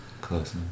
Close